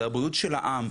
זה הבריאות של העם,